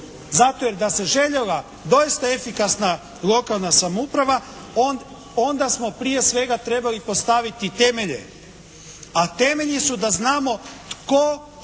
Zato jer se željela doista efikasna lokalna samouprava onda smo prije svega trebali postaviti temelje, a temelji su da znamo tko,